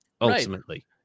ultimately